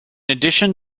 addition